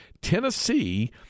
Tennessee